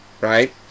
right